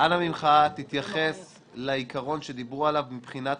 אנא ממך, תתייחס לעיקרון שדיברו עליו מבחינת